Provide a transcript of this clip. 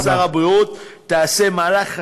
אדוני שר הבריאות, תעשה מהלך.